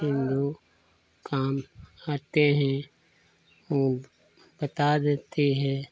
ए लोग काम आते हैं वह बता देती है